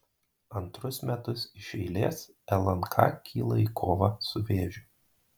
antrus metus iš eilės lnk kyla į kovą su vėžiu